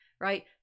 right